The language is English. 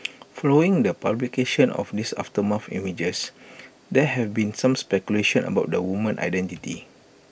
following the publication of these aftermath images there have been some speculation about the woman's identity